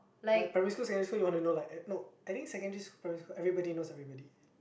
like primary school secondary school you want to know like eh no I think secondary school primary school everybody knows everybody